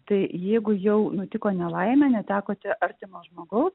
tai jeigu jau nutiko nelaimė netekote artimo žmogaus